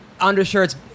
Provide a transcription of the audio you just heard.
undershirts